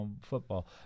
football